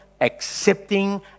accepting